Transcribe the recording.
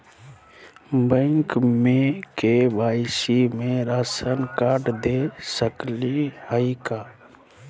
Bank में KYC में ration card दे सकली हई का?